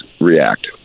react